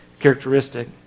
characteristic